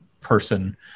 person